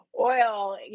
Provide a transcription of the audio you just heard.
oil